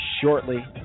shortly